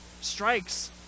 strikes